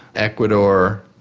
ecuador,